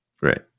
Right